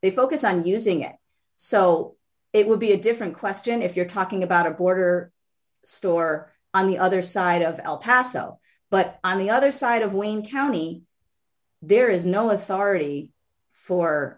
they focus on using it so it would be a different question if you're talking about a border store on the other side of el paso but on the other side of wayne county there is no authority for